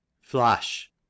Flash